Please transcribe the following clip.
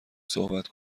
صحبت